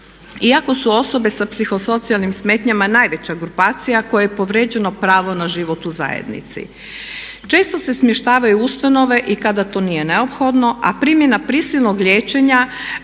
Iako su osobe sa psihosocijalnim smetnjama najveća grupacija kojoj je povrijeđeno pravo na život u zajednici. Često se smještavaju u ustanove i kada to nije neophodno, a primjena prisilnog liječenja